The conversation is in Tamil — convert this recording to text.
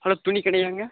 ஹலோ துணிக்கடையாங்க